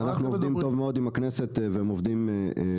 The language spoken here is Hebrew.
אז אנחנו עובדים טוב מאוד עם הכנסת והם עובדים בנפרד מאיתנו.